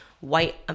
white